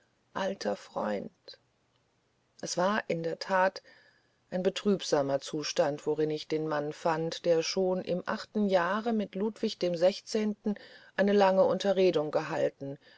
alter freund es war in der tat ein betrübsamer zustand worin ich den mann fand der schon im achten jahre mit ludwig xvi eine lange unterredung gehalten